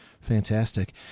Fantastic